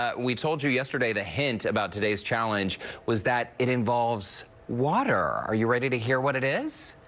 ah we told you yesterday the hint about today's challenge was that it involves water. are you ready to hear what it is?